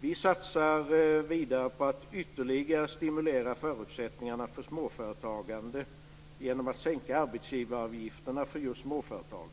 Vi satsar vidare på att ytterligare stimulera förutsättningarna för småföretagande genom att sänka arbetsgivaravgifterna för småföretag.